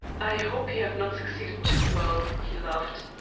i hope you have not succeeded too well? he laughed.